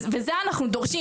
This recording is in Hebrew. ואת זה אנחנו דורשים.